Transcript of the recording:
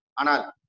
Anal